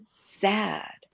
sad